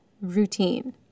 routine